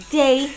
day